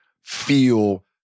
feel